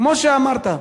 כמו שאמרת,